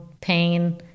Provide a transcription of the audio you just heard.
pain